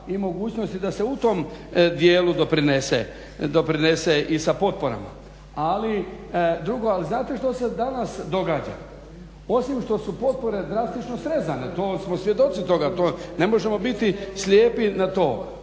i mogućnosti da se u tom dijelu doprinese i sa potporama. Ali znate što se danas događa? Osim što su potpore drastično srezane, to smo svjedoci toga, to ne možemo biti slijepi na to,